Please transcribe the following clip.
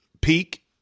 peak